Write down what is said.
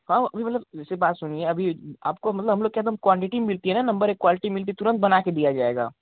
हाँ वही मतलब जैसे बात सुनिए अभी आपको मतलब हम लोग के अंदर क्वालिटी भी मिलती है न नंबर एक क्वालिटी मिलती है तुरंत बना कर दिया जायेगा